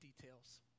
details